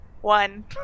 One